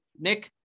Nick